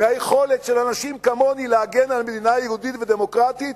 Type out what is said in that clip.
מהיכולת של אנשים כמוני להגן על מדינה יהודית ודמוקרטית,